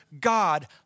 God